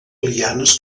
lianes